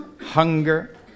hunger